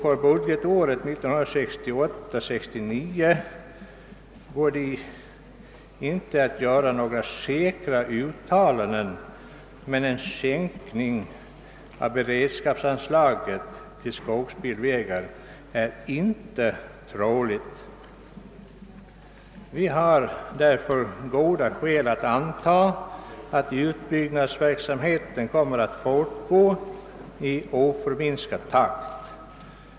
För budgetåret 1968/69 går det inte att göra några säkra uttalanden, men en sänkning av beredskapsanslagen till skogsbilvägar är inte trolig, slutar ar betsmarknadsstyrelsen. Vi har därför goda skäl antaga att utbyggnadsverksamheten kommer att fortgå i oförminskad takt.